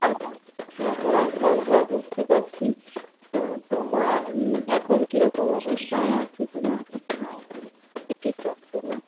আচ্ছা হ্যাঁ হ্যাঁ হ্যাঁ হ্যাঁ বুঝতে পারছি তো তোমার এখন কি রকম অবস্থায় আছে তোমার পেটের যন্ত্রণা